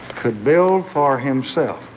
could build for himself